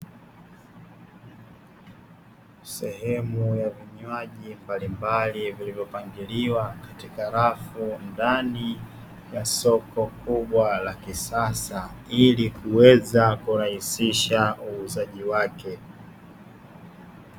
Sehemu ya vinywaji mbalimbali, vilivyopangiliwa katika rafu ndani ya soko kubwa la kisasa ili kuweza kurahisisha uuzaji wake.